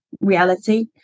reality